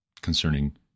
concerning